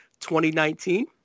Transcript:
2019